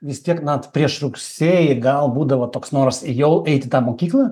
vis tiek mat prieš rugsėjį gal būdavo toks noras jau eiti į tą mokyklą